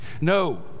No